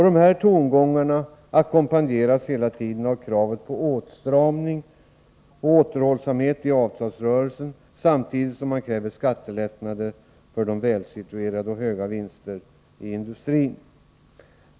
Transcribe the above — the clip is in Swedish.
Dessa tongångar ackompanjeras hela tiden av kraven på åtstramning och återhållsamhet i avtalsrörelsen, vilka ställs samtidigt som man kräver skattelättnader för de välsituerade och höga vinster i industrin.